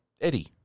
Eddie